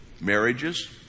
marriages